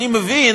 הייתי מבין